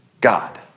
God